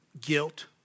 guilt